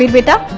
get up!